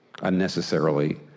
unnecessarily